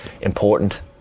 important